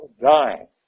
dying